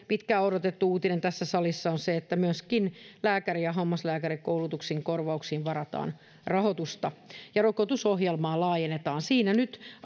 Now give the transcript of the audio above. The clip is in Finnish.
pitkään odotettu uutinen tässä salissa on se että myöskin lääkäri ja hammaslääkärikoulutuksen korvauksiin varataan rahoitusta ja rokotusohjelmaa laajennetaan siinä nyt